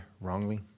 wrongly